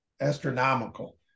astronomical